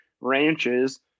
ranches